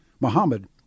Muhammad